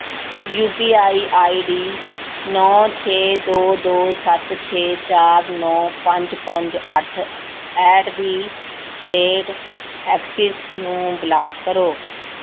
you P I I D ਨੌਂ ਛੇ ਦੋ ਦੋ ਸੱਤ ਛੇ ਚਾਰ ਨੌਂ ਪੰਜ ਪੰਜ ਅੱਠ ਐਟ ਦੀ ਰੇਟ ਐਕਸਿਸ ਨੂੰ ਬਲਾਕ ਕਰੋ